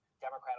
democrat